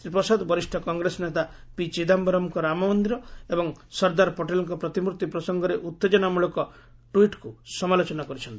ଶ୍ରୀ ପ୍ରସାଦ ବରିଷ୍ଣ କଂଗ୍ରେସ ନେତା ପି ଚିଦାୟରମ୍ଙ୍କ ରାମମନ୍ଦିର ଏବଂ ସର୍ଦ୍ଦାର ପଟେଲ୍ଙ୍କ ପ୍ରତିମୂର୍ତ୍ତି ପ୍ରସଙ୍ଗରେ ଉତ୍ତେଜନାମଳକ ଟ୍ୱିଟର୍କୁ ସମାଲୋଚନା କରିଛନ୍ତି